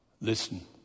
Listen